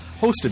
hosted